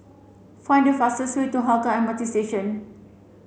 find the fastest way to Hougang M R T Station